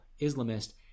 Islamist